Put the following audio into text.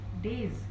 days